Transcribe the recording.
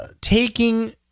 taking